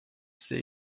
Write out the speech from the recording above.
sehe